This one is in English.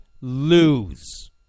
lose